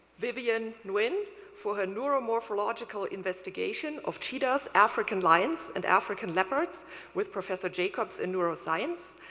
vivian nguyen for her neuromorphological investigation of cheetahs, african lions, and african leopards with professor jacobs in neuroscience,